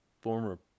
former